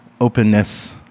openness